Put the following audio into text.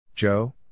Joe